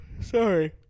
Sorry